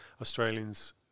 Australians